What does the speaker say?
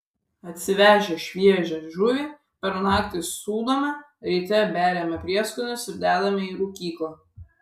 atsivežę šviežią žuvį per naktį sūdome ryte beriame prieskonius ir dedame į rūkyklą